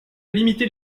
limiter